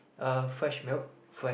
uh fresh milk fresh